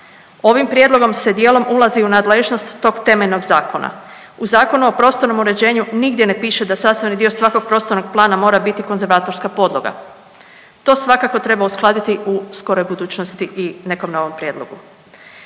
Ovim prijedlogom se dijelom ulazi u nadležnost tog temeljnog zakona. U Zakonu o prostornom uređuju nigdje ne piše da sastavni dio svakog prostornog plana mora biti konzervatorska podloga. To svakako treba uskladiti u skoroj budućnosti i nekom novom prijedlogu.